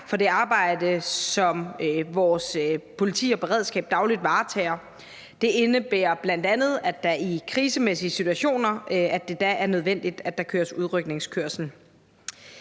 for det arbejde, som vores politi og beredskab dagligt varetager. Det indebærer bl.a., at det i krisemæssige situationer er nødvendigt, at der køres udrykningskørsel.